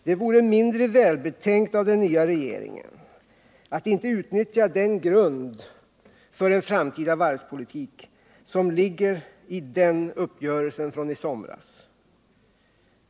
Det vore mindre välbetänkt av den nya regeringen att inte utnyttja den grund för varvspolitiken som ligger i den uppgörelsen från i somras.